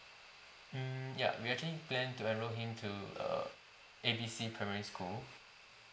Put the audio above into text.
mm ya we actually plan to enroll him to err A B C primary school